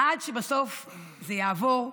עד שבסוף זה יעבור.